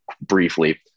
briefly